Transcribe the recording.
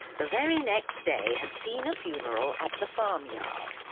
the very next day had seen a funeral at the farmyard,